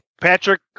Patrick